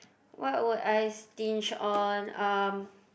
what would I stinge on um